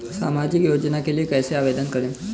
सामाजिक योजना के लिए कैसे आवेदन करें?